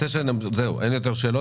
אין יותר שאלות.